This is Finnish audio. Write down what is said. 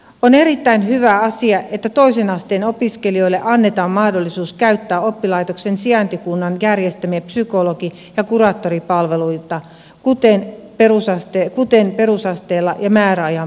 on erittäin hyvä asia että toisen asteen opiskelijoille annetaan mahdollisuus käyttää oppilaitoksen sijaintikunnan järjestämiä psykologi ja kuraattoripalveluita kuten perusasteella ja määräajan puitteissa